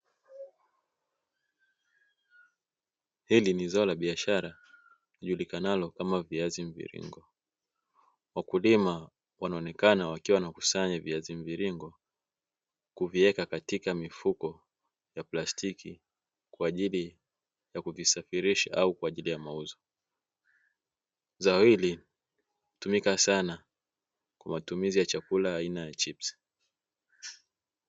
Hili ni zao la biashara lijulikanalo kama viazi mviringo, wakulima wanaonekana wakikusanya viazi mviringo kuviweka katika mifuko ya plastiki kwa ajili ya kuvisafirisha au kwa ajili ya mauzo, zao hili hutumika sana kwa matumizi ya chakula aina ya chipsi.